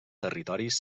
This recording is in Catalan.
territoris